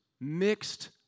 mixed